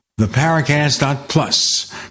theparacast.plus